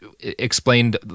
explained